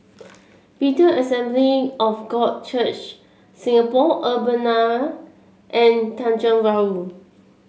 Bethel Assembly of God Church Singapore Urbana and Tanjong Rhu